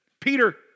Peter